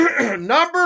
Number